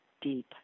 deep